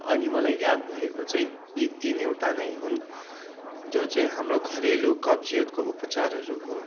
अनि मलाई याद भएको चाहिँ यी तिनवोटा नै हुन् जो चाहिँ हाम्रो घरेलु कब्जियतको उपचारहरू हो